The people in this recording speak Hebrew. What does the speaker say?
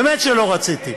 באמת שלא רציתי.